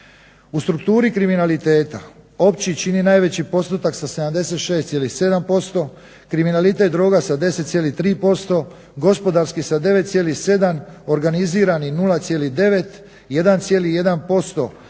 U strukturi kriminaliteta opći čini najveći postotak sa 76,7%, kriminalitet droga sa 10,3%, gospodarski sa 9,7%, organizirani 0,9% i 1,1%